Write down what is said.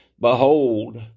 Behold